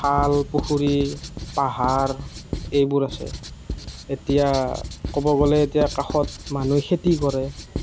খাল পুখুৰী পাহাৰ এইবোৰ আছে এতিয়া ক'ব গ'লে এতিয়া কাষত মানুহে খেতি কৰে